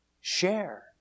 share